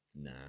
nah